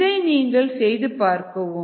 இதை நீங்கள் செய்து பார்க்கவும்